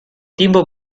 tiempo